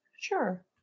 Sure